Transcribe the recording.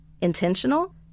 intentional